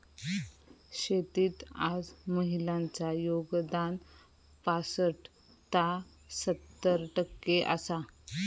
शेतीत आज महिलांचा योगदान पासट ता सत्तर टक्के आसा